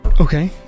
Okay